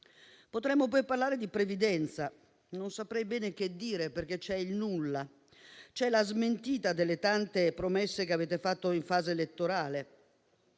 Potremmo poi parlare di previdenza, ma non saprei bene cosa dire, perché c'è il nulla; c'è la smentita delle tante promesse che avete fatto in fase elettorale